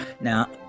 Now